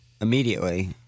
immediately